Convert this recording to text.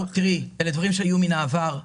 תראי, אלה דברים שהיו מן העבר הרחוק.